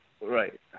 Right